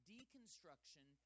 Deconstruction